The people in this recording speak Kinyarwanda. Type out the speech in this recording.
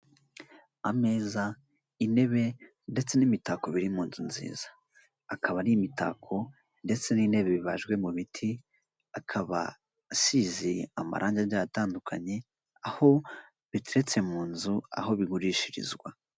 Ameza, intebe ndetse n'imitako biri mu nzu nziza, akaba ari imitako ndetse n'intebe bibajwe mu biti, akaba asize amarangi agiye atandukanye, aho biteretse mu nzu aho bigurishirizwa.